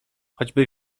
choćby